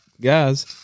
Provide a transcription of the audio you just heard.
guys